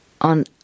on